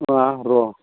मा र'